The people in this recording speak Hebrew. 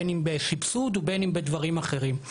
בין אם בסבסוד ובין אם בדברים אחרים,